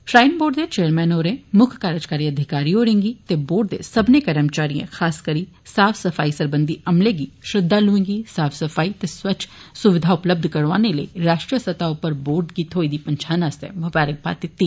shrine board दे chairman होरें मुक्ख कारजकारी अधिकारी होरें गी ते बोर्ड दे सब्बनें कर्मचारियें खास करि साफ सफाई सरबंधी अमले गी श्रद्वाल्एं गी साफ सफाई दे स्वच्छ स्विधा उपलब्ध करौआने लेई राष्ट्रीय स्तह उप्पर बोर्ड गी थ्होई दी पंछान आस्तै मुबारकबाद दिती